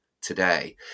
today